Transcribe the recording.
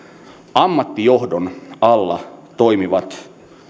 ammattijohdon alla toimivat